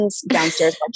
downstairs